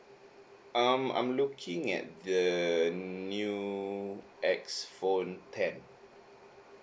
um m looking at the new X phone ten